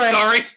Sorry